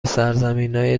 سرزمینای